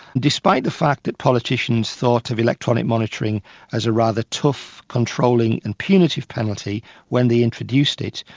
despite the fact that politicians thought of electronic monitoring as a rather tough, controlling and punitive penalty when they introduced it,